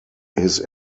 his